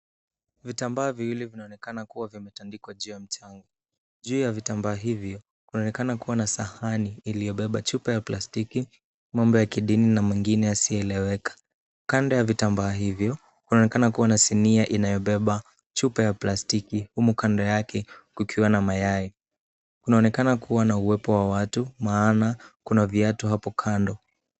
Vitambaa viwili vinaonekana kuwa vimetandikwa juu ya mchanga. Juu ya vitambaa hivyo kunaonekana kuwa na sahani iliyobeba chupa ya plastiki, mambo ya kidini na mengine yasiyoeleweka. Kando ya vitambaa hivyo kunaonekana kuwa na sinia inayobeba chupa ya plastiki, humu kando yake kukiwa na mayai. Kunaonekana kuwa na uwepo wa watu, maana kuna viatu hapo kando.